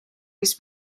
his